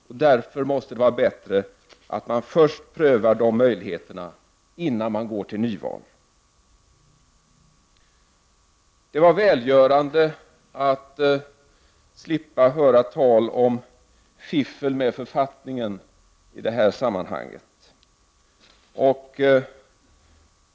Det är därför bättre att man först prövar de möjligheterna innan man går till nyval. Det var välgörande att i det här sammanhanget slippa höra tal om fiffel med författningen.